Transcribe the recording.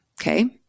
Okay